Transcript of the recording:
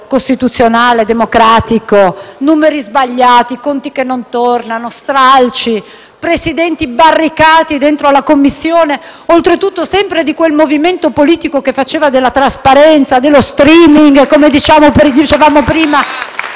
costituzionale e democratico: numeri sbagliati, conti che non tornano, stralci, presidenti barricati dentro la Commissione, oltretutto sempre di quel movimento politico che faceva della trasparenza, dello *streaming*, come dicevamo prima,